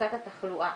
הפצת התחלואה.